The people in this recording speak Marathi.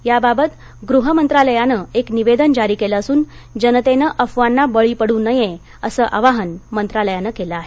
याबाबत गृह मंत्रालयानं एक निवेदन जारी केलं असून जनतेनं अफवांना बळी पडू नये असं आवाहन मंत्रालयानं केलं आहे